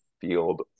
field